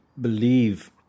believe